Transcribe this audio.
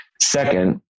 Second